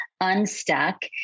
unstuck